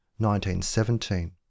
1917